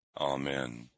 Amen